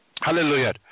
Hallelujah